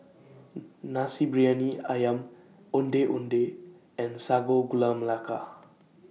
Nasi Briyani Ayam Ondeh Ondeh and Sago Gula Melaka